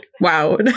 wow